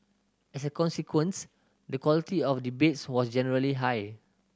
as a consequence the quality of debates was generally high